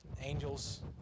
angels